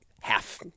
half